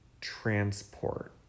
transport